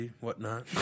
whatnot